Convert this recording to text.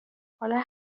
حالا